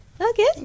Okay